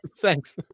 thanks